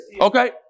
Okay